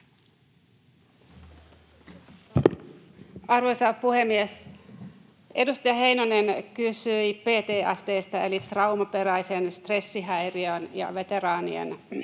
Arvoisa puhemies! Edustaja Heinonen kysyi PTSD:stä eli traumaperäisen stressihäiriön hoidosta veteraanien